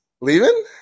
Leaving